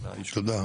תודה.